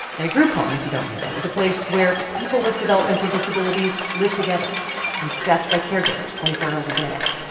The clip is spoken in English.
and a group home, if you don't know, is a place where people with developmental disabilities live together and staffed by caregivers twenty four hours a day.